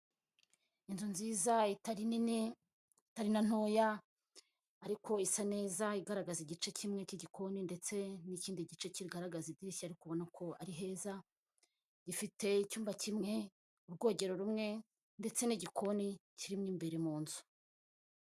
Inzu nziza itari ninitari na ntoya ariko isa neza igaragaza igice kimwe cy'igikoni ndetse n'ikindi gice kigaragaza idirishya ubona ko ari heza gifite icyumba kimwe, ubwogero rumwe ndetse n'igikoni kirimo imbere mu nzu.